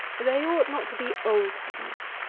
they ought not to be old hens.